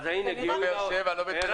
אז הנה, גילוי נאות.